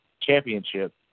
championship